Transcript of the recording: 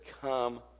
come